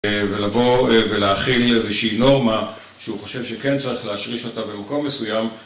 ולבוא ולהכיל איזושהי נורמה שהוא חושב שכן צריך להשריש אותה במקום מסוים